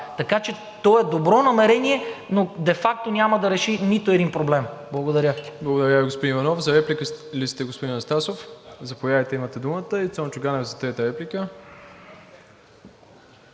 Така че то е добро намерение, но де факто няма да реши нито един проблем. Благодаря.